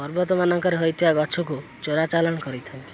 ପର୍ବତମାନଙ୍କରେ ହୋଇଥିବା ଗଛକୁ ଚୋରା ଚାଲାଣ କରିଥାନ୍ତି